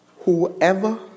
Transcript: whoever